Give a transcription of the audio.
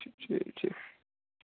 ठीक ठीक